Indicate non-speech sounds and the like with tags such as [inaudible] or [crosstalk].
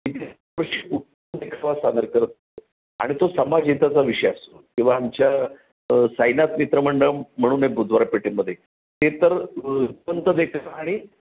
[unintelligible] आणि तो समाजहिताचा विषया असो किंवा आमच्या साईनाथ मित्रमंडळ म्हणून आहे बुधवारपेठेमध्ये ते तर [unintelligible] आणि